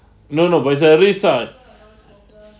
no no but it's a risk lah